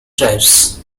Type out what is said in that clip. tribes